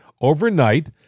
overnight